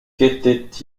qu’était